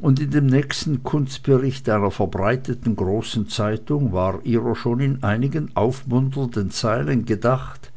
und in dem nächsten kunstbericht einer verbreiteten großen zeitung war ihrer schon in einigen aufmunternden zeilen gedacht